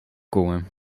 komen